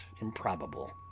improbable